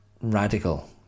radical